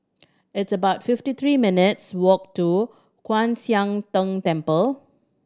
it's about fifty three minutes' walk to Kwan Siang Tng Temple